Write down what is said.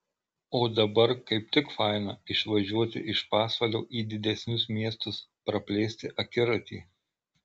o dabar kaip tik faina išvažiuoti iš pasvalio į didesnius miestus praplėsti akiratį